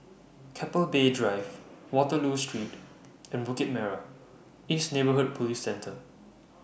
Keppel Bay Drive Waterloo Street and Bukit Merah East Neighbourhood Police Centre